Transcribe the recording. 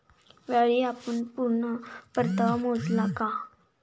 यावेळी आपण पूर्ण परतावा मोजला आहे का?